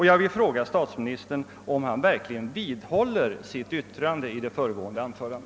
Jag vill fråga statsministern, om han verkligen vidhåller detta sitt yttrande.